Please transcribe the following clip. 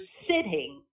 sitting